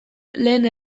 lehen